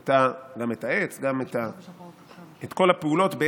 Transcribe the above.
גם את העץ, גם את כל הפעולות.